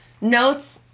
notes